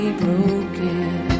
broken